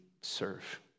serve